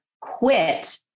quit